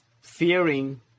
fearing